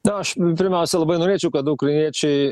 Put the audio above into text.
na aš pirmiausia labai norėčiau kad ukrainiečiai